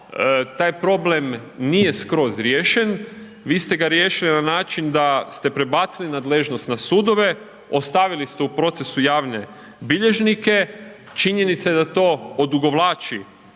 taj problem nije skroz riješen, vi ste ga riješili na način da ste prebacili nadležnost na sudove, ostavili ste u procesu javne bilježnike. Činjenica je da to odugovlači